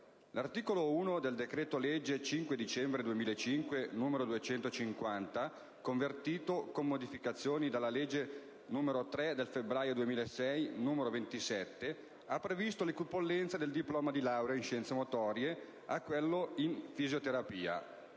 L'articolo 1-*septies* del decreto-legge 5 dicembre 2005, n. 250, convertito, con modificazioni, dalla legge 3 febbraio 2006, n. 27, ha previsto l'equipollenza del diploma di laurea in scienze motorie a quello in fisioterapia,